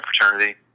fraternity